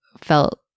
felt